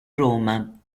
roma